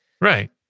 Right